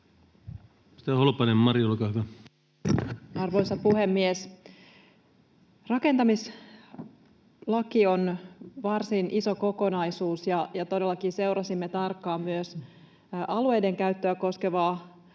laeiksi Time: 17:55 Content: Arvoisa puhemies! Rakentamislaki on varsin iso kokonaisuus, ja todellakin seurasimme tarkkaan myös alueiden käyttöä koskevaa